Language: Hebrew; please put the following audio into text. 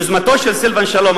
יוזמתו של סילבן שלום,